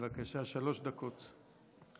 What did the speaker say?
בבקשה, שלוש דקות.